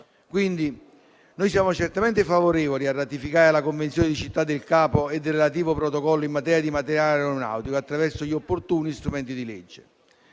Quindi, siamo certamente favorevoli a ratificare la Convenzione di Città del Capo e il relativo Protocollo in materia di materiale aeronautico attraverso gli opportuni strumenti di legge.